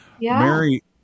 Mary